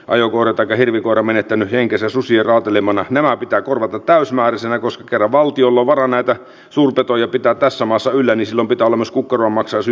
ajokortäkö hirvi poromenettänyt henkensä susien raatelemana nämä pitää korvata täysimääräisenä koska valtiolla varaa näitä suurpetoja pitää tässä maassa yleni sinun pitää olla moskukoron maksaisi